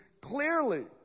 clearly